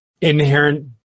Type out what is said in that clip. inherent